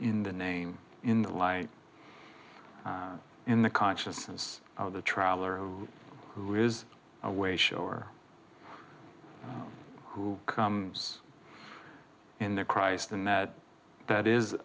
in the name in the light in the consciousness of the traveler who who is away show or who comes in the christ and that that is